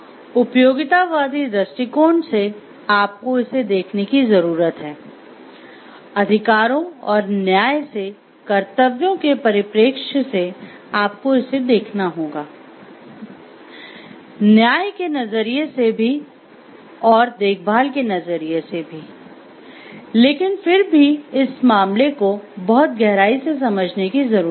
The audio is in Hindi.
उपयोगितावादी दृष्टिकोण से आपको इसे देखने की जरूरत है अधिकारों और न्याय से कर्तव्यों के परिप्रेक्ष्य से आपको इसे देखना होगा न्याय के नजरिए से भी और देखभाल के नजरिए से लेकिन फिर भी मामले को बहुत गहराई से समझने की जरूरत है